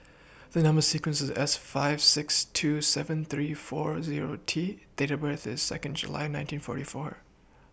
The Number sequence IS S five six two seven three four Zero T Date of birth IS Second July nineteen forty four